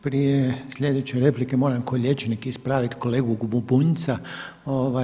Prije sljedeće replike moram kao liječnik ispravit kolegu Bunjca.